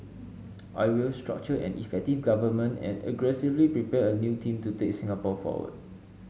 I will structure an effective Government and aggressively prepare a new team to take Singapore forward